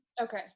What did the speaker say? Okay